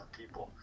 people